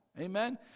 Amen